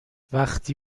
وقتی